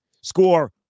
score